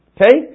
Okay